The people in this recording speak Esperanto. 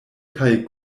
kaj